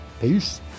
Peace